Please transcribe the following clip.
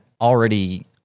already